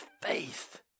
faith